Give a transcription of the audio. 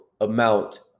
amount